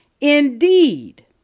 indeed